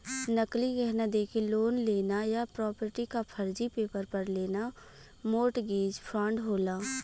नकली गहना देके लोन लेना या प्रॉपर्टी क फर्जी पेपर पर लेना मोर्टगेज फ्रॉड होला